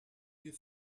you